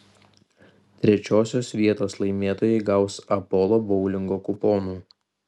trečiosios vietos laimėtojai gaus apolo boulingo kuponų